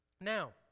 Now